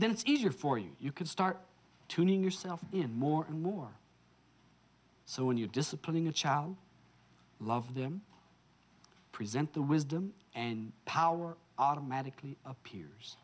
then it's easier for you you could start tuning yourself in more and more so when you disciplining a child love them present the wisdom and power automatically appears